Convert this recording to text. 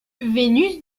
venus